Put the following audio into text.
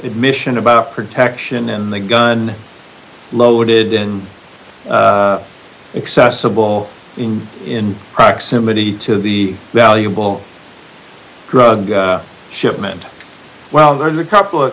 admission about protection in the gun loaded in accessible in in proximity to the valuable drug shipment well there's a couple of